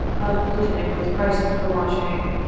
of lieutenant wood's prices for washing.